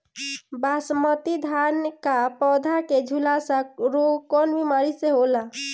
बासमती धान क पौधा में झुलसा रोग कौन बिमारी से होला?